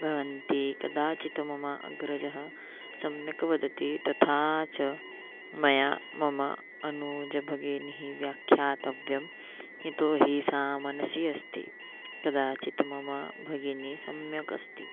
भवन्ति कदाचित् मम अग्रजः सम्यक् वदति तथा च मया मम अनुजभगिनी व्याख्यातव्यं यतो हि सा मनसि अस्ति कदाचित् मम भगिनी सम्यक् अस्ति